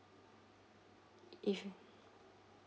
if